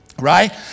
Right